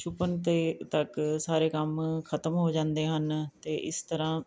ਛਿਪਣ 'ਤੇ ਤੱਕ ਸਾਰੇ ਕੰਮ ਖਤਮ ਹੋ ਜਾਂਦੇ ਹਨ ਅਤੇ ਇਸ ਤਰ੍ਹਾਂ